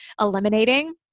eliminating